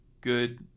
good